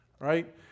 right